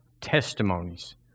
testimonies